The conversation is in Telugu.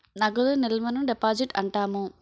నగదు నిల్వను డిపాజిట్ అంటాము